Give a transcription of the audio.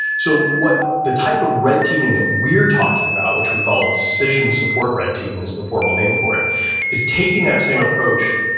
so, what the type of red teaming that we're talking about, which we call decision support red teaming is the formal name for it is taking that same approach